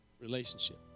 relationship